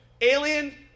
Alien